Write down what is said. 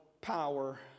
power